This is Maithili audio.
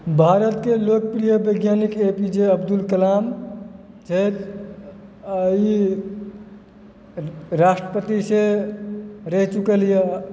भारतके लोकप्रिय वैज्ञानिक एपीजे अब्दुल कलाम छथि आ ई राष्ट्रपति से रहि चुकल यऽ